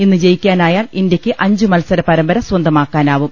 ഇന്ന് ജയിക്കാ നായാൽ ഇന്ത്യക്ക് അഞ്ചു മത്സര പരമ്പര സ്വന്തമാക്കാനാവും